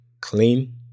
clean